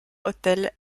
hotel